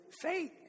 faith